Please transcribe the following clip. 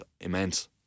immense